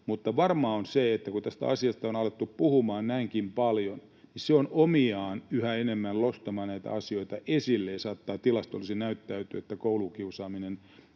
niin varmaa on se, että kun tästä asiasta on alettu puhumaan näinkin paljon, niin se on omiaan yhä enemmän nostamaan näitä asioita esille, ja saattaa tilastollisesti näyttäytyä, että koulukiusaaminen